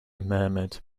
murmured